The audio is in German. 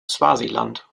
swasiland